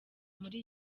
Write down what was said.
muri